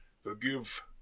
forgive